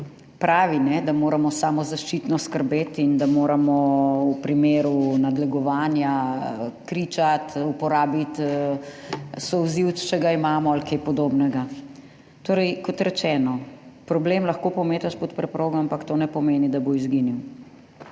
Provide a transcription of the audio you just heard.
pravi, da moramo samozaščitno skrbeti in da moramo v primeru nadlegovanja kričati, uporabiti solzivec, če ga imamo, ali kaj podobnega. Torej, kot rečeno, problem lahko pometeš pod preprogo, ampak to ne pomeni, da bo izginil.